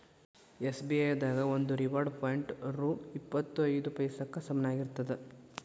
SBI ದಾಗ ಒಂದು reward point ರೊ ಇಪ್ಪತ್ ಐದ ಪೈಸಾಕ್ಕ ಸಮನಾಗಿರ್ತದ